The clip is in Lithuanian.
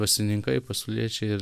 dvasininkai pasauliečiai ir